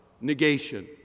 negation